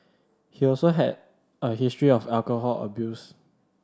he also had a history of alcohol abuse